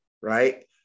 right